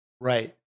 Right